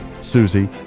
Susie